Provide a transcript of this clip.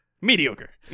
Mediocre